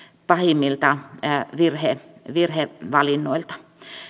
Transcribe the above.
pahimmilta virhevalinnoilta